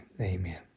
Amen